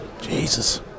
Jesus